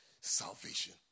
salvation